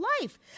life